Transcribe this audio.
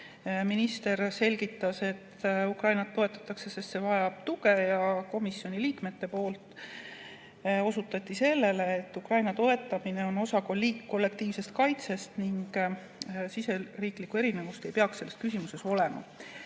Minister selgitas, et Ukrainat toetatakse, sest ta vajab tuge, ja komisjoni liikmed osutasid sellele, et Ukraina toetamine on osa kollektiivsest kaitsest ning siseriiklikku erinevust ei peaks selles küsimuses olema.